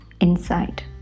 inside